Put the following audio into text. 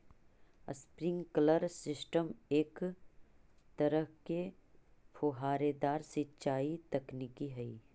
sprinkler system एक तरह के फुहारेदार सिंचाई तकनीक हइ